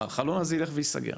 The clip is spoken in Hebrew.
החלון הזה ילך וייסגר.